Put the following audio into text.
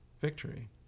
victory